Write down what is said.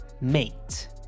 mate